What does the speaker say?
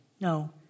No